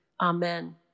Amen